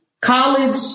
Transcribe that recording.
college